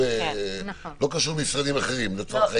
לא קשור למשרדים אחרים לצורך העניין.